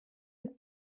mit